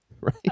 right